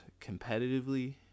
competitively